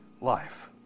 life